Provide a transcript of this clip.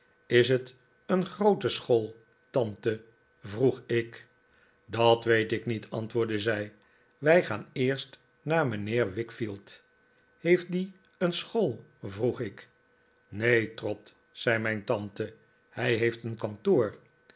is het een groote school tante vroeg ik dat weet ik niet antwoordde zij wij gaan eerst naar mijnheer wickfield heeft die e'en school vroeg ik neen trot zei mijn tante hij heeft een kantoor